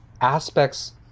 aspects